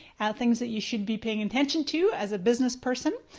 things that you should be paying attention to as a business person.